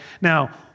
Now